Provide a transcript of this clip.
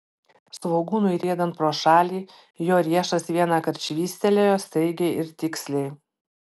svogūnui riedant pro šalį jo riešas vienąkart švystelėjo staigiai ir tiksliai